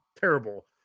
terrible